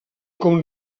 com